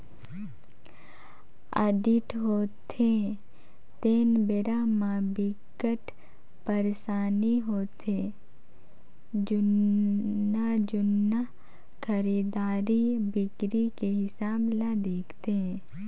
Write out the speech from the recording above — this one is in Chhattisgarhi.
आडिट होथे तेन बेरा म बिकट परसानी होथे जुन्ना जुन्ना खरीदी बिक्री के हिसाब ल देखथे